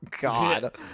God